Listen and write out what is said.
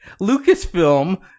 Lucasfilm